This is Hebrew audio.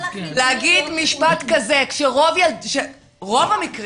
להגיד משפט כזה כשרוב המקרים,